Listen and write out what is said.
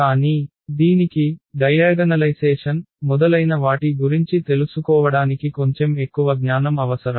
కానీ దీనికి వికర్ణీకరణ మొదలైన వాటి గురించి తెలుసుకోవడానికి కొంచెం ఎక్కువ జ్ఞానం అవసరం